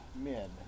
men